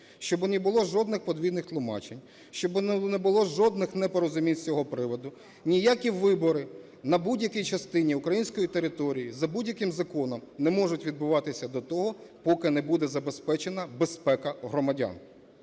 Щоб не було жодних подвійних тлумачень, щоб не було жодних непорозумінь з цього приводу, ніякі вибори на будь-якій частині української території за будь-яким законом не можуть відбуватися до того, поки не буде забезпечена безпека громадян.